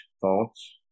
thoughts